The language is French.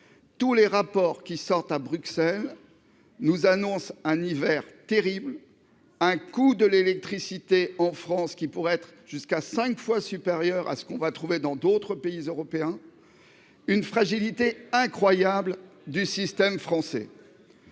Tous les rapports qui émanent de Bruxelles nous annoncent un hiver terrible. Le coût de l'électricité en France pourrait être jusqu'à cinq fois supérieur à ce que l'on observera dans d'autres pays européens. C'est une fragilité incroyable du système français.